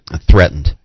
Threatened